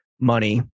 money